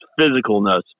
physicalness